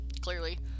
Clearly